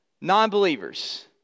non-believers